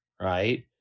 right